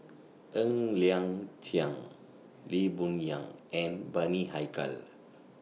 Ng Liang Chiang Lee Boon Yang and Bani Haykal